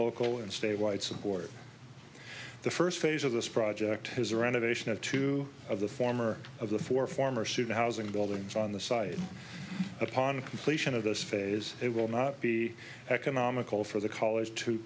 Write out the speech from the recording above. local and state wide support the first phase of this project has around addition of two of the former of the four former student housing buildings on the site upon completion of this phase it will not be economical for the college to